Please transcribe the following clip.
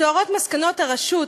מתוארות מסקנות הרשות,